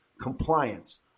compliance